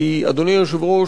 אדוני היושב-ראש,